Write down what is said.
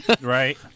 right